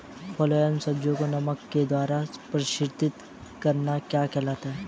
फलों व सब्जियों को नमक के द्वारा परीक्षित करना क्या कहलाता है?